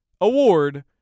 award